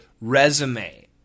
resume